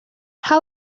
how